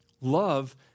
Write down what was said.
Love